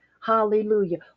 hallelujah